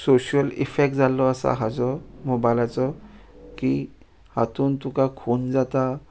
social effect जाल्लो आसा हाजो मोबायलाचो की हातून तुका खून जाता